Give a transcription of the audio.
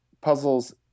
puzzles